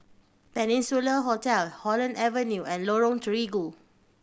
Peninsula Hotel Holland Avenue and Lorong Terigu